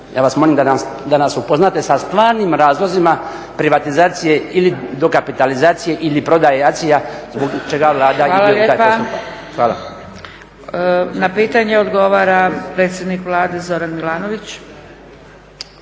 ja vas molim da nas upoznate sa stvarnim razlozima privatizacije ili dokapitalizacije ili prodaje ACI-ja zbog čega Vlada ide u taj postupak? Hvala. **Zgrebec, Dragica (SDP)** Hvala lijepa. Na pitanje odgovara predsjednik Vlade, Zoran Milanović.